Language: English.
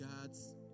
God's